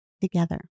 together